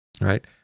Right